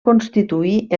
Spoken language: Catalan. constituir